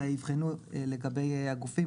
אלא יבחנו לגבי הגופים,